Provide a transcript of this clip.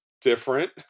different